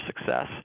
success